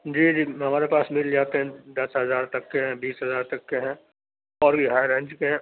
جی جی ہمارے پاس مِل جاتے ہیں دس ہزار تک کے ہیں بیس ہزار تک کے ہیں اور بھی ہائی رینج کے ہیں